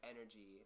energy